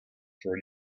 for